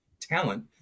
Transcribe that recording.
talent